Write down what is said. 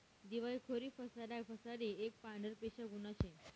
दिवायखोरी फसाडा फसाडी एक पांढरपेशा गुन्हा शे